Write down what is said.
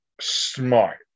smart